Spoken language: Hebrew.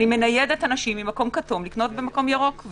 אני מניידת אנשים ממקום כתום לקנות במקום ירוק,